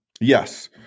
Yes